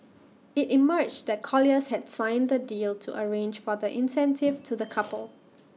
IT emerged that colliers had signed the deal to arrange for the incentive to the couple